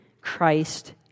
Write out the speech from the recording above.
Christ